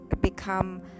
become